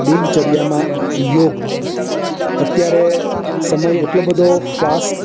દિનચર્યામાં યોગ અત્યારે સમય એટલો બધો ફાસ્ટ